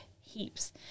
heaps